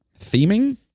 Theming